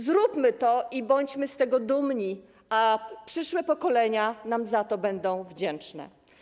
Zróbmy to i bądźmy z tego dumni, a przyszłe pokolenia będę nam za to wdzięczne.